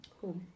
Cool